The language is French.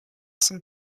son